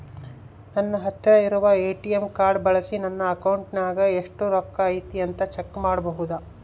ನನ್ನ ಹತ್ತಿರ ಇರುವ ಎ.ಟಿ.ಎಂ ಕಾರ್ಡ್ ಬಳಿಸಿ ನನ್ನ ಅಕೌಂಟಿನಾಗ ಎಷ್ಟು ರೊಕ್ಕ ಐತಿ ಅಂತಾ ಚೆಕ್ ಮಾಡಬಹುದಾ?